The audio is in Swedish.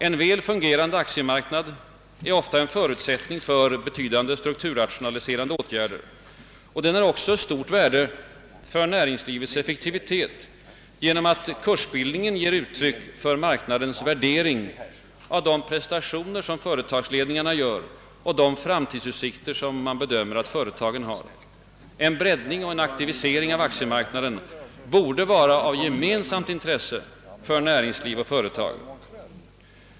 En väl fungerande aktiemarknad är ofta en förutsättning för betydande strukturrationaliserande åtgärder. Den har också stort värde för näringslivets effektivitet genom att kursbildningen ger uttryck för marknadens värdering av de prestationer som företagsledningarna gör och de framtidsutsikter som man bedömer att företagen har. En breddning och aktivisering av aktiemarknaden borde vara ett gemensamt intresse för näringsliv och företag.